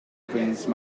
prince